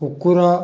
କୁକୁର